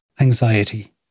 anxiety